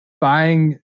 buying